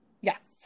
yes